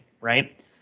right